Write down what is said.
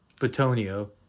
Betonio